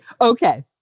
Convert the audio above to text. Okay